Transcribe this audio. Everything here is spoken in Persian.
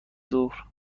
ظهر